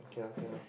okay lah okay lah